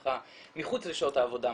מחוץ לשעות העבודה,